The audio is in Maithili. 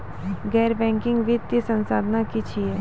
गैर बैंकिंग वित्तीय संस्था की छियै?